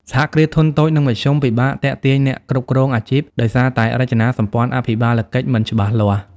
សហគ្រាសធុនតូច និងមធ្យម ពិបាកទាក់ទាញអ្នកគ្រប់គ្រងអាជីព ដោយសារតែរចនាសម្ព័ន្ធអភិបាលកិច្ចមិនច្បាស់លាស់។